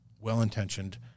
well-intentioned